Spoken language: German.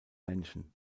männchen